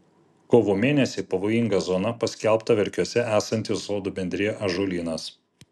kovo mėnesį pavojinga zona paskelbta verkiuose esanti sodų bendrija ąžuolynas